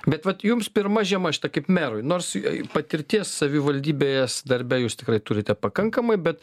bet vat jumspirma žiema šita kaip merui nors patirties savivaldybės darbe jūs tikrai turite pakankamai bet